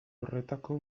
horretako